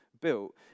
built